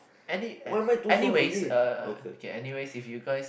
any anyways err okay anyways if you guys